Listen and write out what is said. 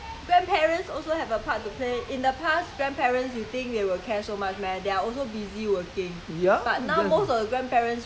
if now the grandparents don't help out with the kid the father mother is working then who take care about the grandchildren after that you see